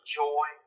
joy